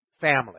family